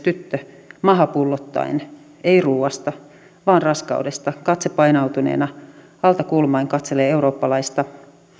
tyttö maha pullottaen ei ruuasta vaan raskaudesta katse painautuneena alta kulmain katselee eurooppalaista